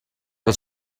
was